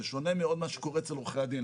זה שונה מאוד ממה שקורה אצל עורכי הדין,